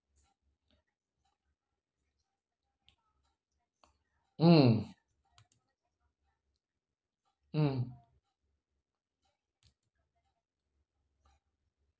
mm mm